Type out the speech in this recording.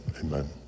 Amen